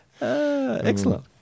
Excellent